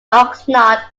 oxnard